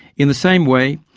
in the same way,